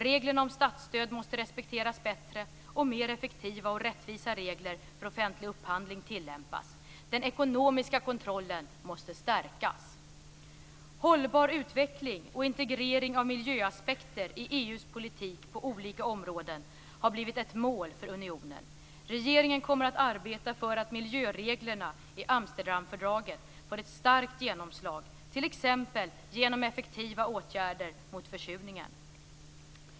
Reglerna om statsstöd måste respekteras bättre, och mer effektiva och rättvisa regler för offentlig upphandling måste tillämpas. Den ekonomiska kontrollen måste stärkas. Hållbar utveckling och integrering av miljöaspekter i EU:s politik på olika områden har blivit ett mål för unionen. Regeringen kommer att arbeta för att miljöreglerna i Amsterdamfördraget får ett starkt genomslag, t.ex. genom effektiva åtgärder mot försurningen.